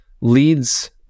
leads